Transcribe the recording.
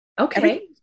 Okay